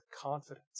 confidence